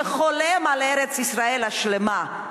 מי שחולם על ארץ-ישראל השלמה,